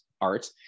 art